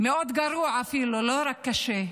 אפילו גרוע מאוד, לא רק קשה.